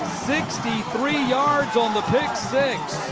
sixty three yards on the pick six.